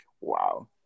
wow